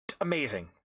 amazing